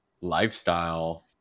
lifestyle